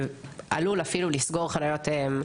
והוא עלול אפילו לסגור חניות קיימות.